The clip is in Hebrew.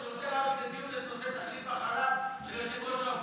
אני רוצה להעלות לדיון את נושא תחליף החלב של ראש האופוזיציה.